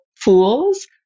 fools